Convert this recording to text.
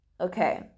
okay